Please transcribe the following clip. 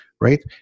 Right